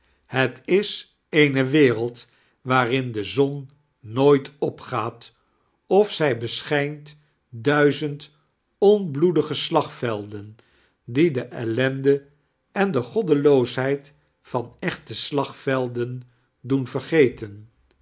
het is eene wereld waarjn de zon nooit opgaat of zij beschijnt duizend onbloedige slagveldein die de eltande en de goddedoasheid van echte slagvelden doein vergeten